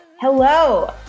hello